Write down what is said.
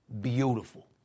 beautiful